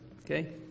okay